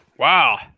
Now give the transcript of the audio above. Wow